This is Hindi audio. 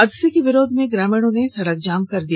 हादसे के विरोध में ग्रामीणों ने सड़क जाम कर दिया